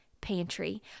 pantry